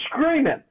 screaming